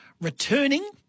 returning